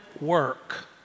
work